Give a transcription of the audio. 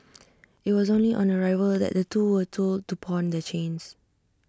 IT was only on arrival that the two were told to pawn the chains